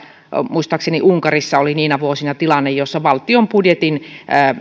muistaakseni unkarissa jopa oli niinä vuosina tilanne jossa valtion budjetin